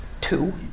two